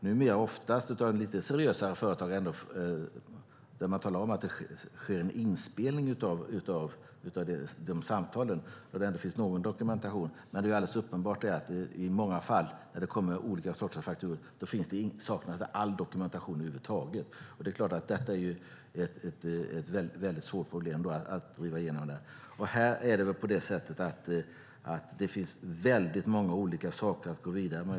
Numera talar lite seriösare företag oftast om att det sker en inspelning av samtalet, så att det finns en dokumentation. Men i många fall, när det kommer olika sorters fakturor, saknas all dokumentation över huvud taget. Det är klart att det är ett väldigt svårt problem. Det finns många olika saker att gå vidare med.